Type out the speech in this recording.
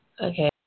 Okay